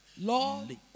Lord